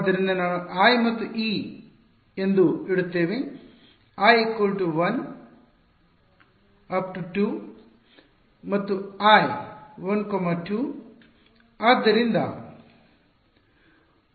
ಆದ್ದರಿಂದ ನಾವು i ಮತ್ತು e ಎಂದು ಇಡುತ್ತೇವೆ i 1 ರಿಂದ 2 ಮತ್ತು i 1 2 3